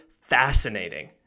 fascinating